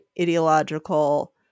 ideological